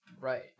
Right